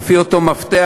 לפי אותו מפתח,